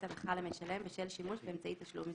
הנחה למשלם בשל שימוש באמצעי תשלום מסוים".